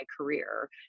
career